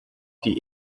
die